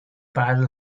battle